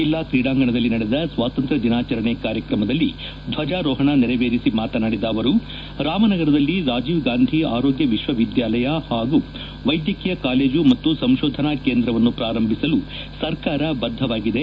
ಜಲ್ಲಾ ಕ್ರೀಡಾಂಗಣದಲ್ಲಿ ನಡೆದ ಸ್ವಾತಂತ್ರ್ಯ ದಿನಾಚರಣೆ ಕಾರ್ಯಕ್ರಮದಲ್ಲಿ ದ್ವಜಾರೋಹಣ ನೆರವೇರಿಸಿ ಮಾತನಾಡಿದ ಅವರು ರಾಮನಗರದಲ್ಲಿ ರಾಜೀವ್ ಗಾಂಧಿ ಆರೋಗ್ಯ ವಿಶ್ವವಿದ್ಯಾಲಯ ಹಾಗೂ ವೈದ್ಯಕೀಯ ಕಾಲೇಜು ಮತ್ತು ಸಂಶೋಧನಾ ಕೇಂದ್ರವನ್ನು ಪ್ರಾರಂಭಿಸಲು ಸರ್ಕಾರ ಬದ್ದವಾಗಿದೆ